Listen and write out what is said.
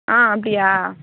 அப்படியா